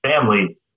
family